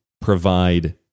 provide